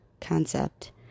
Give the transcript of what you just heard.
concept